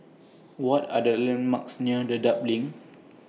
What Are The landmarks near Dedap LINK